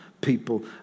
people